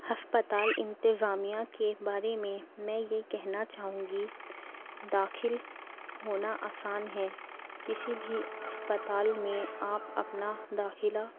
ہسپتال انتظامیہ کے بارے میں میں یہ کہنا چاہوں گی داخل ہونا آسان ہے کسی بھی اسپتال میں آپ اپنا داخلہ